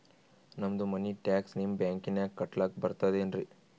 ನಮ್ದು money tax ನಿಮ್ಮ ಬ್ಯಾಂಕಿನಾಗ ಕಟ್ಲಾಕ ಬರ್ತದೇನ್ರಿ?